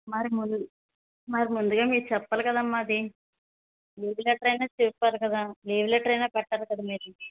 మరి ముం మరి ముందుగా మీరు చెప్పాలి కదమ్మా అది లీవ్ లెటర్ అయినా చెప్పాలి కదా లీవ్ లెటర్ అయినా పెట్టాలి కదా మీరు